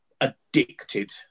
addicted